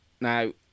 Now